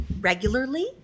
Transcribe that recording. regularly